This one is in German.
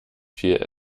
viel